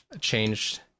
changed